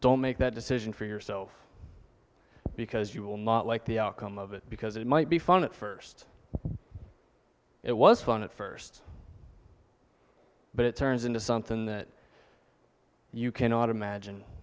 don't make that decision for yourself because you will not like the outcome of it because it might be fun at first it was fun at first but it turns into something that you cannot imagine